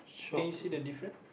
can you see the difference